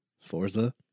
Forza